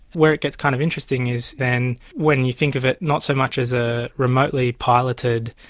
where it gets kind of interesting is then when you think of it not so much as ah remotely piloted,